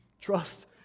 Trust